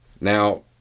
Now